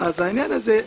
אז העניין הזה,